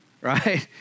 right